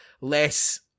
less